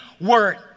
word